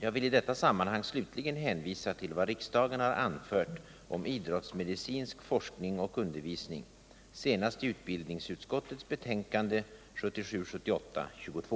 Jag vill i detta sammanhang slutligen hänvisa till vad riksdagen har anfört om idrottsmedicinsk forskning och undervisning, senast i utbildningsutskottets betänkande 1977/78:22.